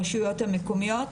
ברשויות המקומיות.